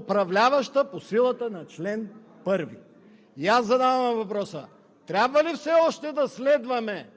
управляваща по силата на чл. 1. И аз задавам въпроса: трябва ли все още да следваме